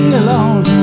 alone